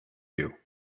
you